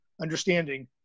understanding